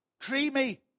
Creamy